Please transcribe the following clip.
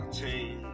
team